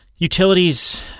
Utilities